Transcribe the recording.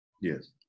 Yes